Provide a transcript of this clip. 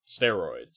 steroids